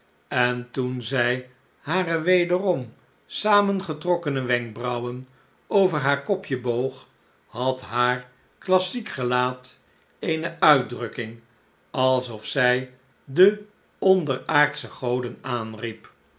en toen zij hare wederom saamgetrokkene wenkbrauwen over haar kopje boog had haarklassiek gelaat eene uitdrukking alsof zij de onderaardsche goden aanriep